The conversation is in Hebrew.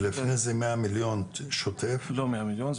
לפני זה מאה מיליון שוטף --- לא מאה מיליון,